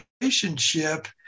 relationship